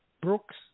Brooks